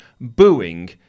booing